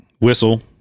whistle